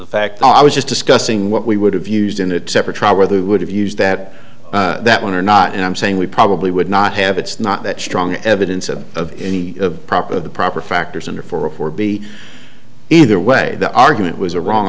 the fact i was just discussing what we would have used in a separate trial whether we would have used that that one or not and i'm saying we probably would not have it's not that strong evidence of any proper the proper factors under for a four b either way the argument was a wrong